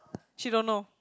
she don't know